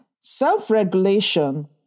Self-regulation